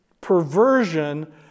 perversion